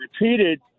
repeated